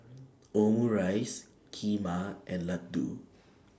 Omurice Kheema and Ladoo